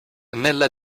nella